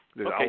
Okay